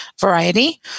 variety